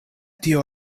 tio